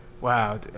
Wow